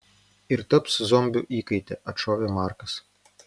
ir taps zombių įkaite atšovė markas